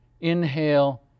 inhale